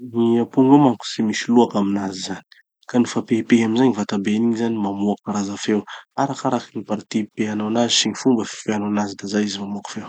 Gny aponga io manko tsy misy loaky aminazy zany, ka nofa pehipehy amizay gny vatabeny igny zany mamoaky karaza feo arakaraky gny parties ipehanao anazy sy gny fomba fipehanao anazy da zay izy mamoaky feo.